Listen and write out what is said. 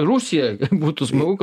rusija būtų smagu